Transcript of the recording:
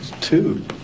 Two